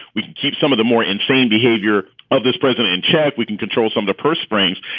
we keep some of the more insane behavior of this president in check. we can control some of the purse strings.